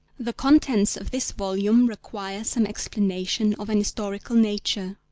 the contents of this volume require some explanation of an historical nature.